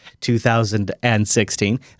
2016